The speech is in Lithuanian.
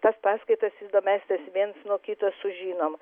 tas paskaitas įdomesnes viens nuo kito sužinom